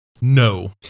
No